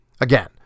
Again